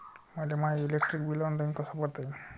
मले माय electric bill online कस भरता येईन?